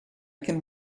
can